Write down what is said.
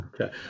Okay